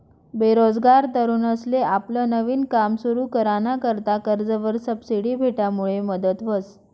बेरोजगार तरुनसले आपलं नवीन काम सुरु कराना करता कर्जवर सबसिडी भेटामुडे मदत व्हस